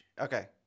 Okay